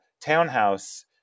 townhouse